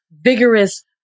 vigorous